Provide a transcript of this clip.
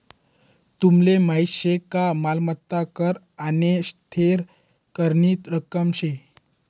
तुमले माहीत शे का मालमत्ता कर आने थेर करनी रक्कम शे